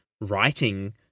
writing